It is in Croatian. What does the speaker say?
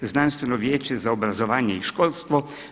Znanstveno vijeće za obrazovanje i školstvo.